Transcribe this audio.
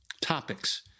topics